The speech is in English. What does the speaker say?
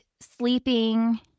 sleeping